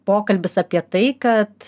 pokalbis apie tai kad